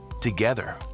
Together